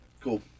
Cool